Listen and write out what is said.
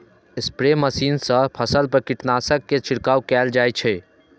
spray machine सं फसल पर कीटनाशक के छिड़काव कैल जाइ छै